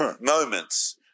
moments